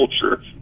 culture